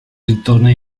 ritorna